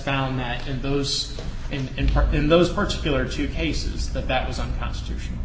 found that in those in in part in those particular two cases that that was unconstitution